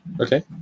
Okay